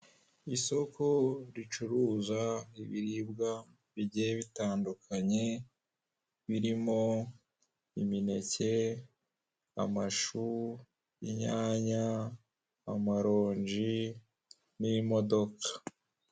Isoko ricuruza ibiribwa bigiye bitandukanye birimo imineke, amashu, inyanya, amaronji n'imodoka.